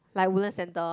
like Woodlands centre